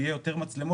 יהיו גם יותר מצלמות,